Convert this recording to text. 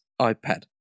iPad